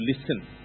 listen